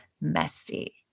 messy